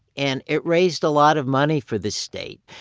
and it raised a lot of money for the state.